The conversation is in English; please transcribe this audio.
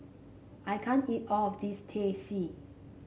I can't eat all of this Teh C